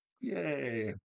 Yay